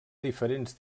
diferents